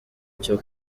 cyo